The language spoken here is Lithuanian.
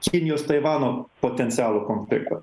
kinijos taivano potencialų konfliktą